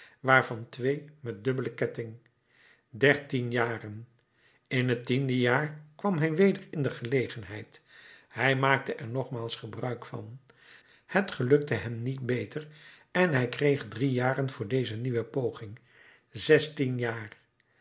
waarvan twee met dubbelen ketting dertien jaren in het tiende jaar kwam hij weder in de gelegenheid hij maakte er nogmaals gebruik van het gelukte hem niet beter en hij kreeg drie jaren voor deze nieuwe poging zestien jaar